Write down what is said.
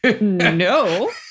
no